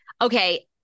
Okay